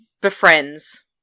befriends